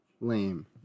lame